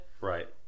Right